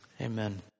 Amen